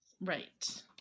Right